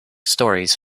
stories